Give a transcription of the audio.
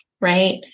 right